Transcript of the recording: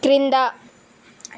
క్రింద